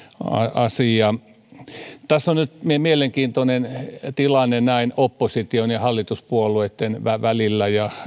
asia tässä on nyt mielenkiintoinen tilanne näin opposition ja hallituspuolueitten välillä ja